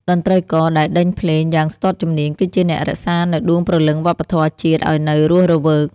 តន្ត្រីករដែលដេញភ្លេងយ៉ាងស្ទាត់ជំនាញ គឺជាអ្នករក្សានូវដួងព្រលឹងវប្បធម៌ជាតិឱ្យនៅរស់រវើក។